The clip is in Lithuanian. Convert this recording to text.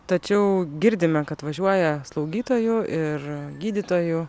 tačiau girdime kad važiuoja slaugytojų ir gydytojų